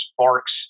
sparks